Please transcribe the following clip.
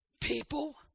People